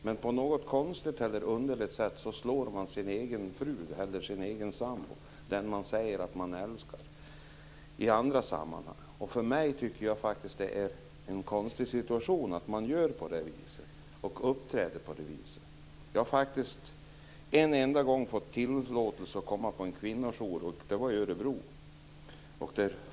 Men på något konstigt sätt slår man sin egen fru eller sambo, den man säger att man älskar i andra sammanhang. Jag tycker faktiskt att det är en konstig situation när man gör på det viset och uppträder på det viset. Jag har en enda gång fått tillåtelse att komma till en kvinnojour. Det var i Örebro.